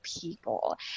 people